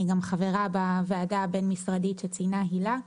אני גם חברה בוועדה הבין-משרדית שציינה הילה.